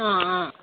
অঁ